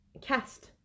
cast